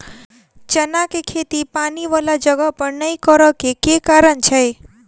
चना केँ खेती पानि वला जगह पर नै करऽ केँ के कारण छै?